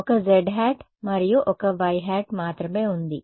ఒక zˆ మరియు ఒక yˆ మాత్రమే ఉంది